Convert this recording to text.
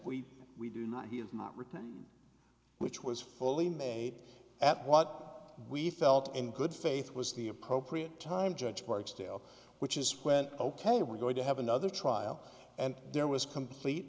we we do not he has not written which was fully made at what we felt in good faith was the appropriate time judge barksdale which is when ok we're going to have another trial and there was complete